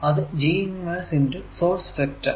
അത് G inverse x source vector